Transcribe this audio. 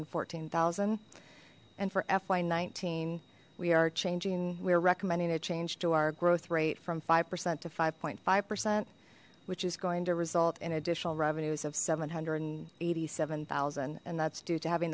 and fourteen thousand and for fy nineteen we are changing we're recommending a change to our growth rate from five percent to five point five percent which is going to result in additional revenues of seven hundred and eighty seven thousand and that's due to having